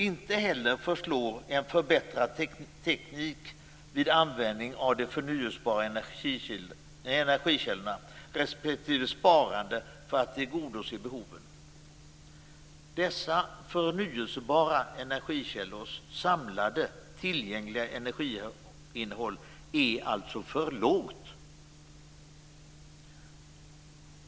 Inte heller förslår en förbättrad teknik vid användning av de förnyelsebara energikällorna respektive sparande för att tillgodose behoven. Dessa förnyelsebara energikällors samlade tillgängliga energiinnehåll är alltså för lågt.